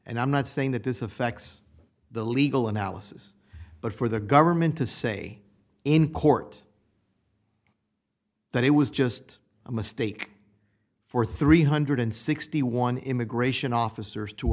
and i'm not saying that this affects the legal analysis but for the government to say in court that it was just a mistake for three hundred and sixty one dollars immigration officers to